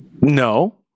No